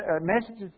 messages